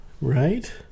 Right